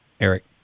Eric